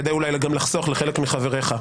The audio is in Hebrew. כדי אולי גם לחסוך לחלק מחבריך: